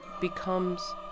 becomes